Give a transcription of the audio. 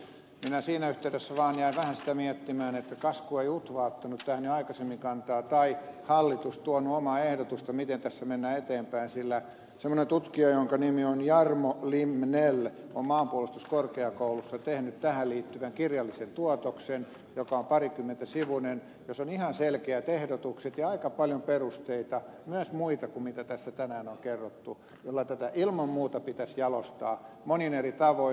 minä siinä yhteydessä vaan jäin vähän sitä miettimään että kas kun ei utva ottanut tähän jo aikaisemmin kantaa tai hallitus tuonut omaa ehdotustaan miten tässä mennään eteenpäin sillä semmoinen tutkija jonka nimi on jarmo limnell on maanpuolustuskorkeakoulussa tehnyt tähän liittyvän kirjallisen tuotoksen jossa on parikymmentä sivua jossa on ihan selkeät ehdotukset ja aika paljon perusteita myös muita kuin mitä tässä tänään on kerrottu jolloin tätä ilman muuta pitäisi jalostaa monin eri tavoin